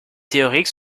théoriques